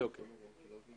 בתוקף סמכותי